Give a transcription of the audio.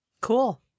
Cool